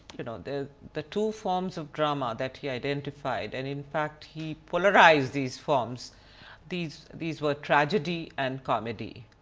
you know the, the two forms of drama that he identified and in fact he polarized these forms these these were tragedy and comedy.